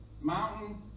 mountain